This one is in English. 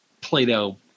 Play-Doh